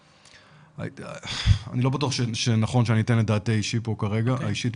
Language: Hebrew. אני לאבטוח שנכון שאני אתן את דעתי האישית פה כרגע,